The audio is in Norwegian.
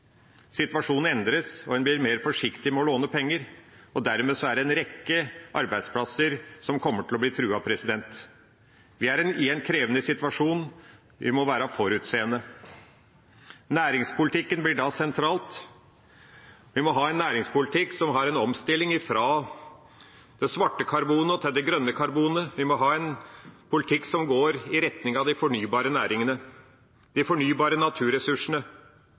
situasjonen endres, og en blir mer forsiktig med å låne penger. Dermed kommer en rekke arbeidsplasser til å bli truet. Vi er i en krevende situasjon og må være forutseende. Næringspolitikken blir da sentral. Vi må ha en næringspolitikk som har en omstilling ifra det svarte karbonet til det grønne karbonet. Vi må ha en politikk som går i retning av de fornybare næringene, de fornybare